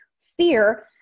fear